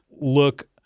look